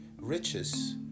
riches